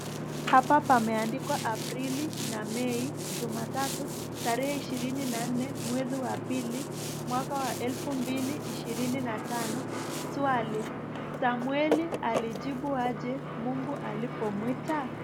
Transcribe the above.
Hapa pameandikwa Aprili na Mei, Jumatatu tarehe 24, mwezi wa pili, 2025. Swali: Samueli alijibu aje Mungu alipomwita ?